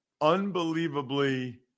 unbelievably